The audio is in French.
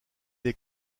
est